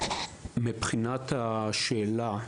מבחינת השאלה,